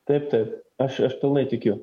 taip taip aš aš pilnai tikiu